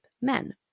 men